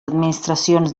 administracions